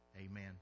Amen